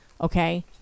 Okay